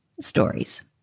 stories